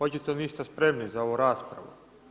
Očito niste spremni za ovu raspravu.